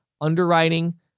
underwriting